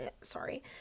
sorry